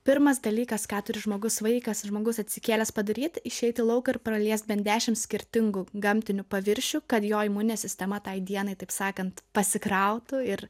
pirmas dalykas ką turi žmogus vaikas žmogus atsikėlęs padaryt išeit į lauką ir praliest bent dešimt skirtingų gamtinių paviršių kad jo imuninė sistema tai dienai taip sakant pasikrautų ir